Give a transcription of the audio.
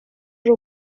ari